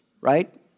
right